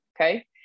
Okay